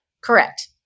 Correct